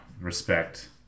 respect